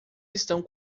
estão